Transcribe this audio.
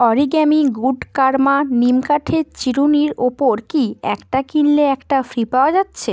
origami good karma নিম কাঠের চিরুনির ওপর কি একটা কিনলে একটা ফ্রি পাওয়া যাচ্ছে